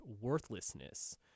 worthlessness